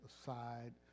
aside